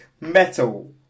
metal